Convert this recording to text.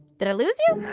but i lose you?